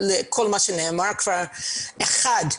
האחד,